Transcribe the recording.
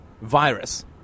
virus